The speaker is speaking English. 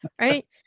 right